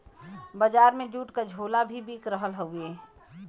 बजार में जूट क झोला भी बिक रहल हउवे